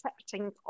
accepting